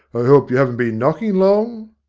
i hope you haven't been knocking long?